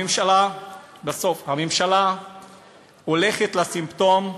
לבסוף, הממשלה הולכת לסימפטום,